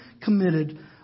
committed